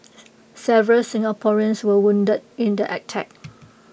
several Singaporeans were wounded in the attack